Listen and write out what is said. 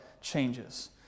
changes